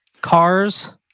Cars